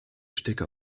stecker